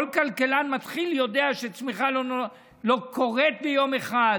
כל כלכלן מתחיל יודע שצמיחה לא קורית ביום אחד,